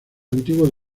antiguo